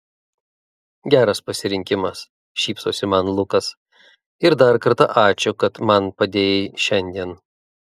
geras pasirinkimas šypsosi man lukas ir dar kartą ačiū kad man padėjai šiandien